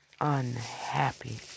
unhappy